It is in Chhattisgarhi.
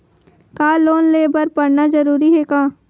का लोन ले बर पढ़ना जरूरी हे का?